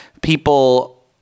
people